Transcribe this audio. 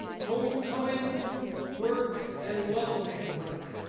homecoming work, and welcoming work.